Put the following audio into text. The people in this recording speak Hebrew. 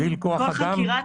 להגדיל כוח אדם.